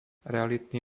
realitný